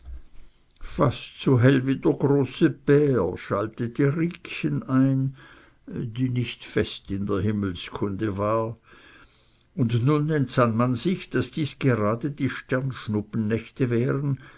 fast so hell wie der große bär schaltete riekchen ein die nicht fest in der himmelskunde war und nun entsann man sich daß dies gerade die sternschnuppennächte wären